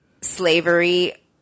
slavery